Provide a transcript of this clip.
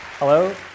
Hello